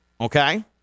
okay